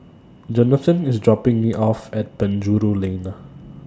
Jonathan IS dropping Me off At Penjuru Lane Na